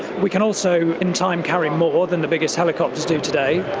we can also in time carry more than the biggest helicopters do today.